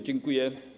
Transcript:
Dziękuję.